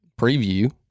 preview